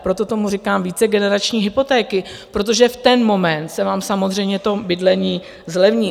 Proto tomu říkám vícegenerační hypotéky, protože v ten moment se vám samozřejmě to bydlení zlevní.